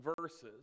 verses